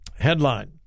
Headline